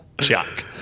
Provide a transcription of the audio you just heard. Chuck